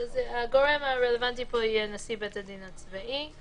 הגורם הרלבנטי פה יהיה נשיא בית הדין הצבאי.